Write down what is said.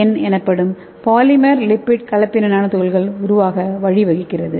என் எனப்படும் polymer lipid கலப்பின nano துகள்கள உருவாக வழிவகுக்கிறது